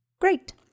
Great